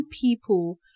people